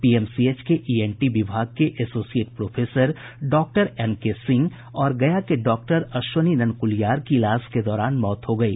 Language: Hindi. पीएमसीएच के ईएनटी विभाग के associate professor doctor N K Singh और गया के डॉक्टर अश्विनी ननकुलियार की इलाज के दौरान मौत हो गयी